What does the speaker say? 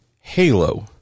halo